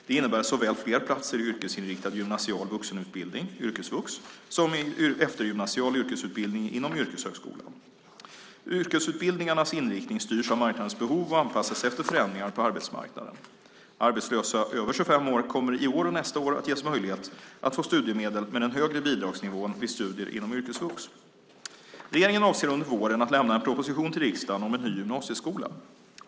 Det innebär såväl fler platser i yrkesinriktad gymnasial vuxenutbildning som i eftergymnasial yrkesutbildning inom yrkeshögskolan. Yrkesutbildningarnas inriktning styrs av marknadens behov och anpassas efter förändringar på arbetsmarknaden. Arbetslösa över 25 år kommer i år och nästa år att ges möjlighet att få studiemedel med den högre bidragsnivån vid studier inom yrkesvux. Regeringen avser att under våren lämna en proposition till riksdagen om en ny gymnasieskola.